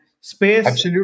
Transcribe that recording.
space